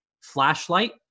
flashlight